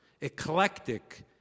eclectic